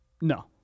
No